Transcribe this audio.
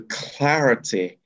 clarity